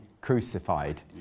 crucified